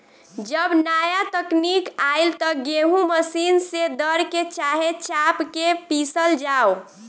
जब नाया तकनीक आईल त गेहूँ मशीन से दर के, चाहे चाप के पिसल जाव